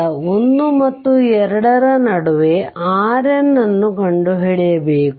ಮತ್ತು 1 ಮತ್ತು 2 ರ ನಡುವೆ RN ಅನ್ನು ಕಂಡುಹಿಡಿಯಬೇಕು